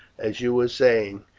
as you were saying,